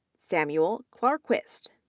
samuel klarquist,